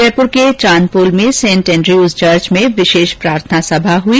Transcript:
जयपुर के चांदपोल में Saint Andrews church में विशेष प्राथना सभा हुई